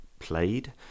played